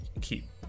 keep